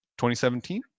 2017